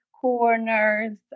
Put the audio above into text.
corners